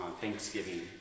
Thanksgiving